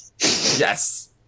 Yes